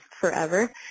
forever